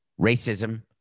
racism